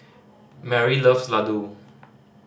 Mary loves Ladoo